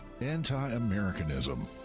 anti-Americanism